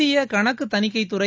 இந்திய கணக்கு தணிக்கைத்துறை